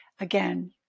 again